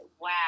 Wow